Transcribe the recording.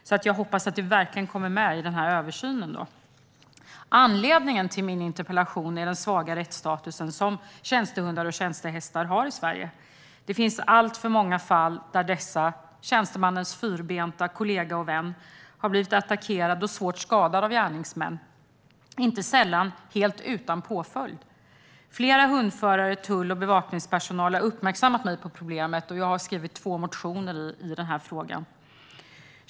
Jag hoppas alltså att detta verkligen kommer med i översynen. Anledningen till min interpellation är den svaga rättsstatus som tjänstehundar och tjänstehästar har i Sverige. Det finns alltför många fall där dessa, tjänstemannens fyrbenta kollegor och vänner, har blivit attackerade och svårt skadade av gärningsmän, inte sällan helt utan påföljd för gärningsmannen. Flera hundförare samt tull och bevakningspersonal har uppmärksammat mig på problemet, och jag har skrivit två motioner i frågan.